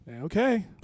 Okay